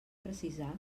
precisar